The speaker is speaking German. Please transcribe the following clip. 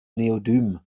neodym